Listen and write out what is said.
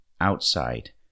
outside